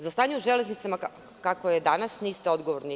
Za stanje u Železnicama kakvo je danas niste odgovorni vi.